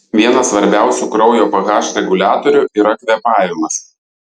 vienas svarbiausių kraujo ph reguliatorių yra kvėpavimas